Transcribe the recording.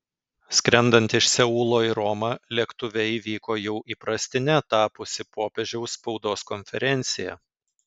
skrendant iš seulo į romą lėktuve įvyko jau įprastine tapusi popiežiaus spaudos konferencija